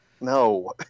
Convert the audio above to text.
No